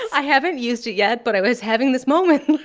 i haven't used it yet, but i was having this moment,